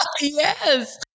Yes